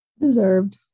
deserved